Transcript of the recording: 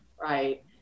right